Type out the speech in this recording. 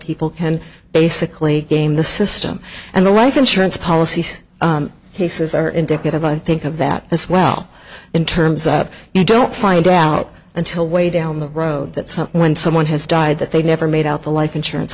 people can basically game the system and the right insurance policies he says are indicative i think of that as well in terms of you don't find out until way down the road that some when someone has died that they never made out the life insurance